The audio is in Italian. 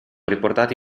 riportati